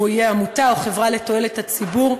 שהוא יהיה עמותה או חברה לתועלת הציבור,